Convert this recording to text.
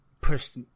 pushed